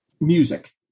Music